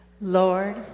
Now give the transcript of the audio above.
Lord